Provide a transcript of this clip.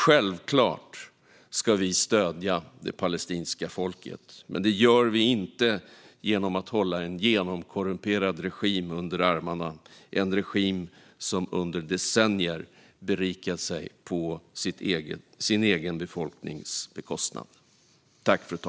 Självklart ska vi stödja det palestinska folket, men det gör vi inte genom att hålla en genomkorrumperad regim, som under decennier berikat sig på sin egen befolknings bekostnad, under armarna.